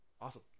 Awesome